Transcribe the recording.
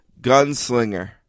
Gunslinger